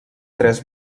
tres